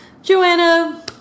Joanna